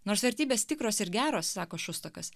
nors vertybės tikros ir geros sako šustokas